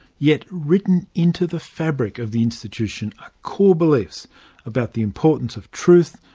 yet written into the fabric of the institution are core beliefs about the importance of truth,